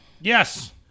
Yes